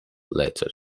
later